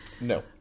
No